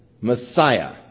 Messiah